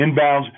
inbounds